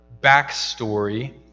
backstory